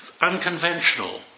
unconventional